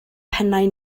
pennau